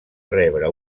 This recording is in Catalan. rebre